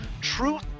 truth